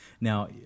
Now